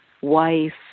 wife